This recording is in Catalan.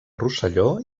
rosselló